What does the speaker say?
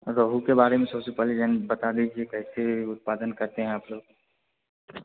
रहु के बारे में पहले बता दीजिए कैसे उत्पादन करते है आप लोग